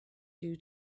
due